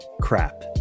crap